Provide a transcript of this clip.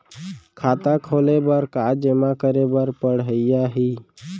खाता खोले बर का का जेमा करे बर पढ़इया ही?